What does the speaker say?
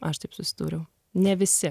aš taip susidūriau ne visi